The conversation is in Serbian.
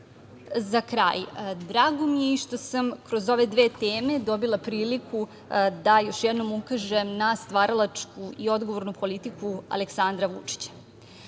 kraj, drago mi je i što sam i kroz ove dve teme dobila priliku da još jednom ukažem na stvaralačku i odgovornu politiku Aleksandra Vučića.